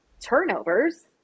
turnovers